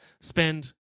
spend